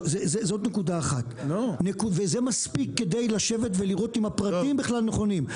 זאת נקודה אחת וזה מספיק כדי לשבת ולראות אם הפרטים בכלל נכונים.